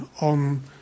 on